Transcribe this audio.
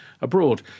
abroad